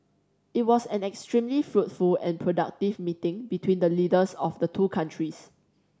it was an extremely fruitful and productive meeting between the leaders of the two countries